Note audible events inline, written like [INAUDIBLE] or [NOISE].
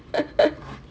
[LAUGHS]